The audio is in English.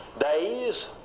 days